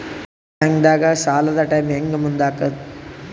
ಬ್ಯಾಂಕ್ದಾಗ ಸಾಲದ ಟೈಮ್ ಹೆಂಗ್ ಮುಂದಾಕದ್?